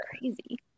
crazy